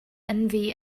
envy